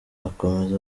akomeza